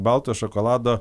balto šokolado